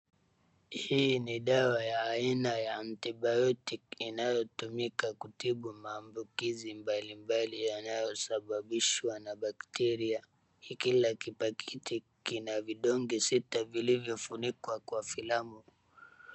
Hii ni dawa ya aina ya antibiotic inayotumika kutibu maambukizi mbalimbali yanayosababishwa na bacteria . Kila kipakiti kina vidonge sita vilivyofunikwa kwa filamu.